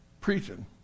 preaching